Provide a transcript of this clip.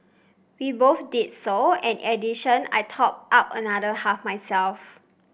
we both did so and addition I topped up another half myself